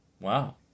Wow